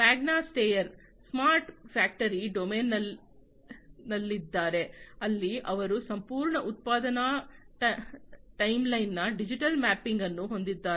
Magna Steyr smart factory ಡೊಮೇನ್ನಲ್ಲಿದ್ದಾರೆ ಅಲ್ಲಿ ಅವರು ಸಂಪೂರ್ಣ ಉತ್ಪಾದನಾ ಟೈಮ್ಲೈನ್ನ ಡಿಜಿಟಲ್ ಮ್ಯಾಪಿಂಗ್ ಅನ್ನು ಹೊಂದಿದ್ದಾರೆ